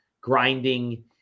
grinding